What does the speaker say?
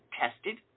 tested